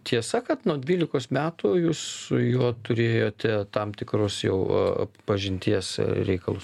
tiesa kad nuo dvylikos metų jūs su juo turėjote tam tikrus jau pažinties reikalus